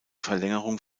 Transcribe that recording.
verlängerung